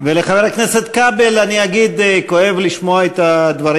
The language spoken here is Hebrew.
לחבר הכנסת כבל אני אגיד: כואב לשמוע את הדברים.